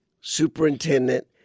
superintendent